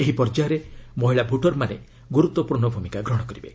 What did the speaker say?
ଏହି ପର୍ଯ୍ୟାୟରେ ମହିଳା ଭୋଟର୍ମାନେ ଗୁରୁତ୍ୱପୂର୍ଣ୍ଣ ଭୂମିକା ଗ୍ରହଣ କରିବେ